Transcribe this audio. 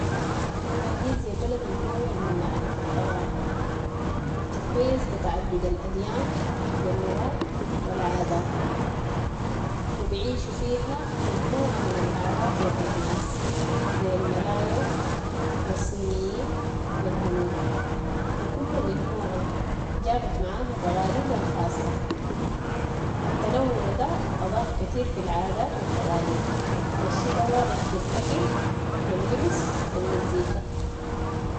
ماليزيا بلد متنوع من ناحية الثقافة و بتتميز بتعدد ال اديان و اللغات و العادات و بعيشوا فيها مجموعة من ال اعراق و الاجناس، زي المالايو و الصينيين و الهنود و كل مجموعة جابت معها تقاليدها الخاصة، التنوع ده اضاف كتير في العادات و التقاليد و الشي ده واضح في الاكل و اللبس والمزيكا.